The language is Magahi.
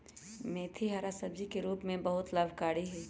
मेथी हरा सब्जी के रूप में बहुत लाभकारी हई